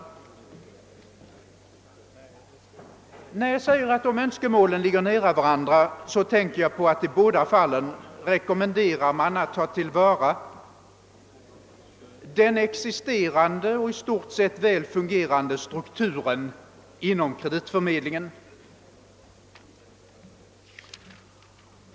När jag säger att dessa önskemål ligger nära varandra tänker jag på att i båda fallen rekommenderas tillvaratagande av den existerande och i stort sett väl fungerande strukturen inom kreditförmedlingen.